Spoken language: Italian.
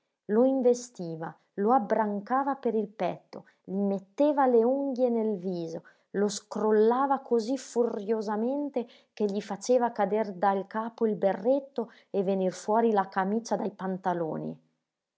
lo investiva lo abbrancava per il petto gli metteva le unghie nel viso lo scrollava così furiosamente che gli faceva cader dal capo il berretto e venir fuori la camicia dai pantaloni